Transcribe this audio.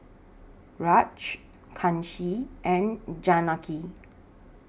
Raj Kanshi and Janaki